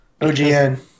OGN